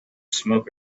smoke